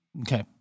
okay